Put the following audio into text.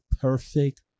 perfect